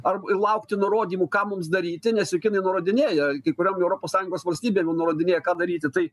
ar ir laukti nurodymų ką mums daryti nes juk kinai nurodinėja kai kuriom europos sąjungos valstybėm jau nurodinėja ką daryti tai